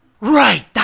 Right